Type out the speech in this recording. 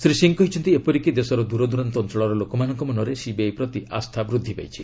ଶ୍ରୀ ସିଂହ କହିଛନ୍ତି ଏପରିକି ଦେଶର ଦୂରଦ୍ରରାନ୍ତ ଅଞ୍ଚଳର ଲୋକମାନଙ୍କ ମନରେ ସିବିଆଇ ପ୍ରତି ଆସ୍ଥା ବୂଦ୍ଧି ପାଇଛି